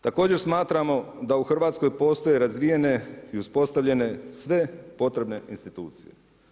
Također smatramo da u Hrvatskoj postoje razvijene i uspostavljene sve potrebne institucije.